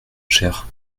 cher